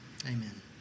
Amen